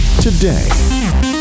today